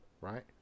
right